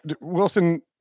Wilson